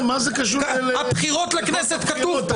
כתוב פה, "הבחירות לכנסת".